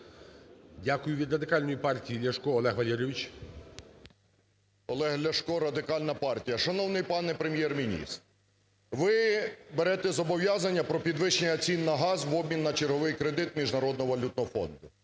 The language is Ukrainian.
Дякую. Від Радикальної партії Ляшко Олег Валерійович. 10:35:38 ЛЯШКО О.В. Олег Ляшко, Радикальна партія. Шановний пане Прем'єр-міністр, ви берете зобов'язання про підвищення цін на газ в обмін на черговий кредит Міжнародного валютного фонду.